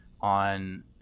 on